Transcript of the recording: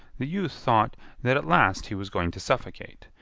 the youth thought that at last he was going to suffocate.